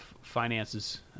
finances